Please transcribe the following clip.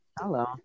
Hello